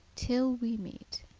till we meet.